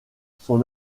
son